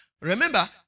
Remember